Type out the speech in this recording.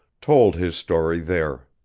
told his story there.